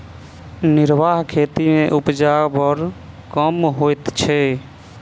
निर्वाह खेती मे उपजा बड़ कम होइत छै